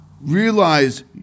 Realize